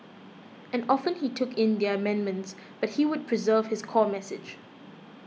and often he took in their amendments but he would preserve his core message